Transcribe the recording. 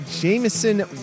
jameson